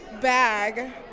bag